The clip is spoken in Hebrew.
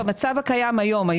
במצב הקיים היום,